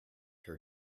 her